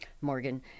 Morgan